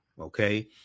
Okay